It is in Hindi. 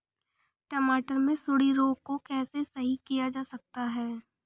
टमाटर से सुंडी रोग को कैसे सही किया जा सकता है?